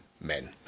men